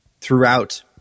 throughout